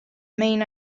main